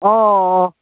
ꯑꯣ ꯑꯣ ꯑꯣ ꯑꯣ